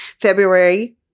February